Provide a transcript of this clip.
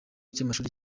cy’amashuri